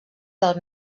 del